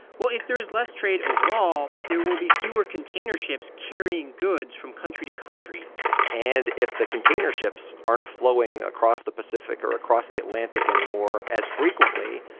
well, if there is less trade overall, there will be fewer container ships carrying goods from country to country and if the container ships aren't flowing across the pacific or across the atlantic anymore as frequently,